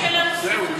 זהו,